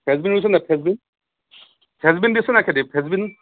French bean ৰুইচনে French bean French bean দিছে ন নাই খেতিত ফ্ৰেঞ্চবিন